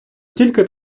тільки